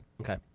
Okay